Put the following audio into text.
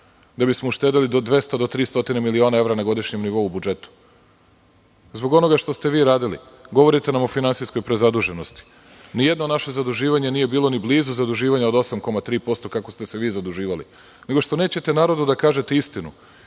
da bismo uštedeli 200 do 300 miliona evra na godišnjem nivou u budžetu. Zbog onoga što ste vi radili govorite nam o finansijskoj prezaduženosti. Ni jedno naše zaduživanje nije bilo ni blizu zaduživanja od 8,3% kako ste se vi zaduživali nego što nećete narodu da kažete istinu.